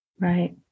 Right